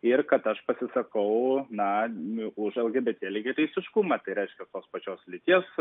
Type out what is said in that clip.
ir kad aš pasisakau na už lgbt lygiateisiškumą tai reiškia tos pačios lyties